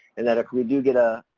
and that if we do get a,